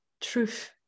truth